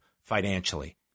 financially